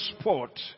sport